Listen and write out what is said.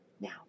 Now